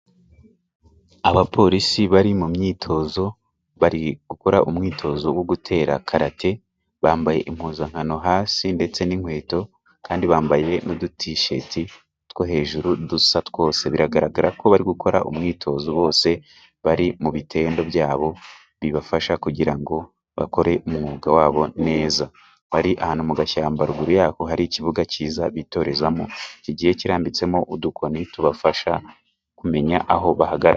Abapolisi bari mu myitozo bari gukora umwitozo wo gutera karate, bambaye impuzankano hasi ndetse n'inkweto, kandi bambaye n'udutisheti two hejuru dusa twose. Biragaragara ko bari gukora umwitozo bose bari mu bitendo byabo bibafasha, kugira ngo bakore umwuga wabo neza, bari ahantu mu gashyamba ruguru yako hari ikibuga cyiza bitorezamo, kigiye kirambitsemo udukoni tubafasha kumenya aho bahagarara.